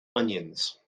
onions